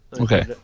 Okay